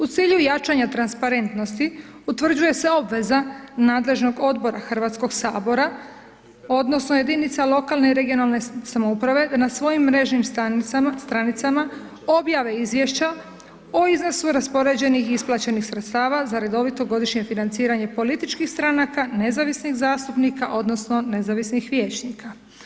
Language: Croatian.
U cilju jačanja transparentnosti utvrđuje se obveza nadležnog Odbora HS-a odnosno jedinica lokalne i regionalne samouprave na svojim mrežnim stranicama objave izvješća o iznosu raspoređenih i isplaćenih sredstava za redovito godišnje financiranje političkih stranaka, nezavisnih zastupnika odnosno nezavisnih vijećnika.